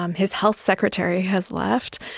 um his health secretary has left,